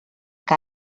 que